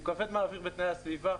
הוא כבד מהאוויר בתנאי הסביבה,